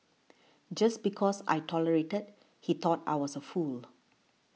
just because I tolerated he thought I was a fool